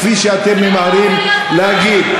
כפי שאתם ממהרים להגיד.